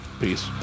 Peace